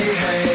hey